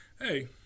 Hey